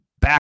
back